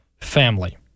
family